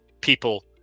people